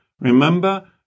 Remember